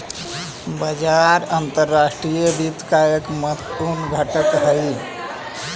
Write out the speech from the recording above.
बाजार अंतर्राष्ट्रीय वित्त का एक महत्वपूर्ण घटक हई